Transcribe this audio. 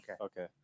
Okay